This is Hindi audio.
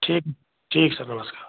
ठीक ठीक सर नमस्कार